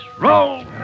roll